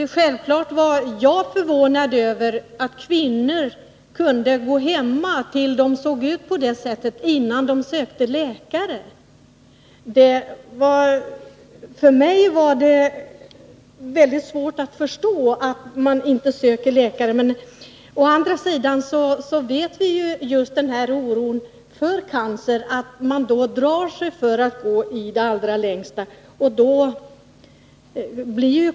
Självfallet var jag förvånad över att kvinnor kunde vänta så länge innan de sökte läkare, när de såg ut som de gjorde. För mig var det väldigt svårt att förstå att de inte sökt läkare tidigare, men å andra sidan känner vi ju till att just oron för cancer gör att man drar sig för att gå till läkare i det allra längsta.